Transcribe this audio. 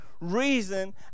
reason